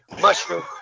mushroom